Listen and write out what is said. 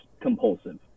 compulsive